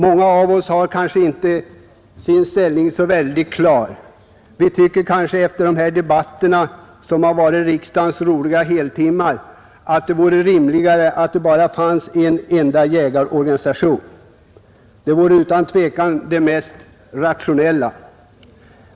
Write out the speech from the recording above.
Många av oss har kanske inte sin ställning så väldigt klar. Vi tycker kanske efter dessa debatter, som varit riksdagens roliga heltimmar, att det vore rimligare med en enda jägarorganisation. Det vore utan tvekan det mest rationella.